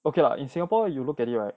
okay lah in singapore you look at it right